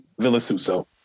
Villasuso